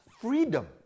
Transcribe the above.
freedom